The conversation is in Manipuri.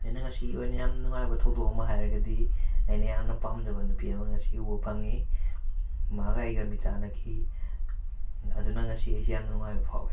ꯑꯩꯅ ꯉꯁꯤꯒꯤ ꯑꯣꯏꯅ ꯌꯥꯝꯅ ꯅꯨꯡꯉꯥꯏꯕ ꯊꯧꯗꯣꯛ ꯑꯃ ꯍꯥꯏꯔꯒꯗꯤ ꯑꯩꯅ ꯌꯥꯝꯅ ꯄꯥꯝꯖꯕ ꯅꯨꯄꯤ ꯑꯃ ꯉꯁꯤ ꯎꯕ ꯐꯪꯉꯤ ꯃꯥꯒ ꯑꯩꯒ ꯃꯤꯠꯆꯥꯟꯅꯈꯤ ꯑꯗꯨꯅ ꯉꯁꯤ ꯑꯩꯁꯦ ꯌꯥꯝꯅ ꯅꯨꯡꯉꯥꯏꯕ ꯐꯥꯎꯋꯦ